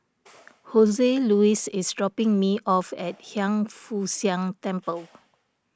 Joseluis is dropping me off at Hiang Foo Siang Temple